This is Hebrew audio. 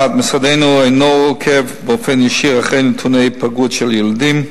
1. משרדנו אינו עוקב באופן ישיר אחרי נתוני היפגעות של ילדים.